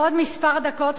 בעוד כמה דקות,